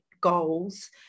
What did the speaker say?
goals